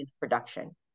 production